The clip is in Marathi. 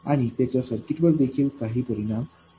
आणि त्यांचा सर्किटवर देखील काही परिणाम होतो